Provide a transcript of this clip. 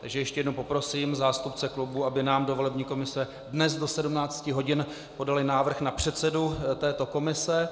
Takže ještě jednou poprosím zástupce klubů, aby nám do volební komise dnes do 17 hodin podali návrh na předsedu této komise.